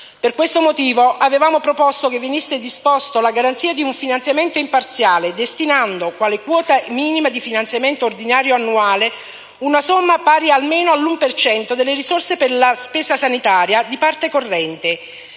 Per questo motivo, avevamo proposto che venisse disposta la garanzia di un finanziamento imparziale, destinando, quale quota minima di finanziamento ordinario annuale, una somma pari almeno all'1 per cento delle risorse per la spesa sanitaria di parte corrente.